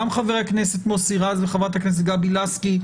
גם חבר הכנסת מוסי רז וחברת הכנסת גבי לסקי,